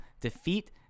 Defeat